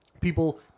people